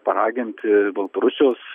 paraginti baltarusijos